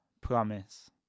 promise